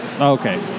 Okay